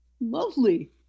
Lovely